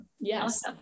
Yes